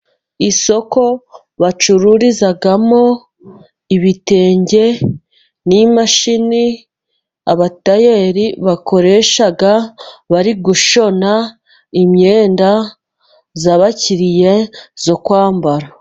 Isoko bacururizamo ibitenge n'imashini, abatayeri bakoresha bari gushona imyenda y'abakiriya yo kwambara.